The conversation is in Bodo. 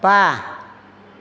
बा